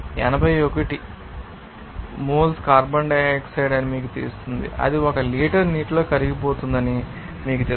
081 mole carbon dioxide అని మీకు ఇస్తుంది అది 1 లీటర్ నీటిలో కరిగిపోతుందని మీకు తెలుసు